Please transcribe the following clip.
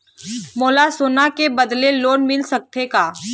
मोला सोना के बदले लोन मिल सकथे का?